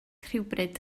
rhywbryd